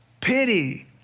Pity